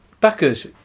backers